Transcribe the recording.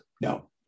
no